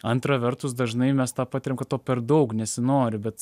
antra vertus dažnai mes tą patiriam kad to per daug nesinori bet